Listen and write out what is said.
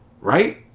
Right